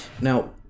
now